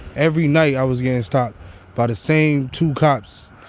every night, i was getting stopped by the same two cops.